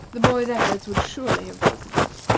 the boys' efforts would surely have broken it.